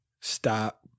stop